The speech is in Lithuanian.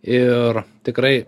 ir tikrai